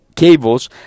cables